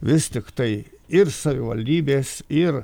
vis tiktai ir savivaldybės ir